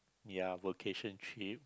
ya vacation trip